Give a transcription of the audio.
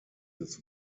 des